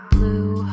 Blue